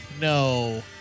No